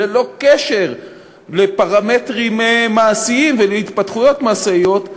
ללא קשר לפרמטרים מעשיים ולהתפתחויות מעשיות,